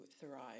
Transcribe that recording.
thrive